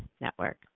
Network